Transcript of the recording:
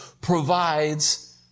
provides